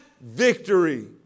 victory